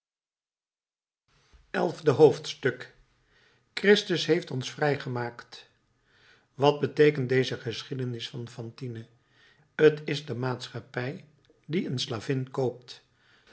elfde hoofdstuk christus heeft ons vrijgemaakt wat beteekent deze geschiedenis van fantine t is de maatschappij die een slavin koopt